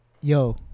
yo